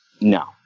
No